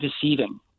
deceiving